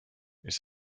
ist